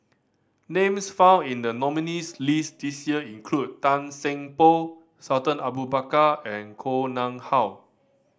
names found in the nominees' list this year include Tan Seng Poh Sultan Abu Bakar and Koh Nguang How